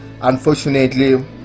unfortunately